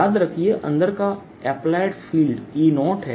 याद रखिए अंदर का अप्लाइड फील्ड E0है